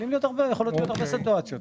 יכולות להיות הרבה סיטואציות.